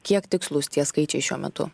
kiek tikslūs tie skaičiai šiuo metu